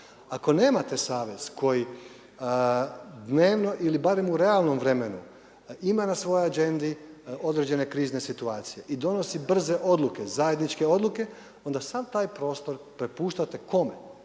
Ako nemate savez koji dnevno ili barem u realnom vremenu ima na svojoj …/Govornik se ne razumije./… određene krizne situacije i donosi brze odluke, zajedničke odluke, onda sav taj prostr prepuštate kome?